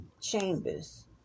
chambers